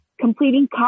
Completing